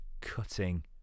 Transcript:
cutting